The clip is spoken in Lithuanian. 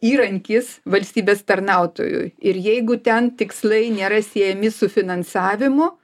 įrankis valstybės tarnautojui ir jeigu ten tikslai nėra siejami su finansavimu